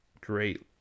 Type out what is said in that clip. great